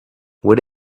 what